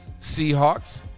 Seahawks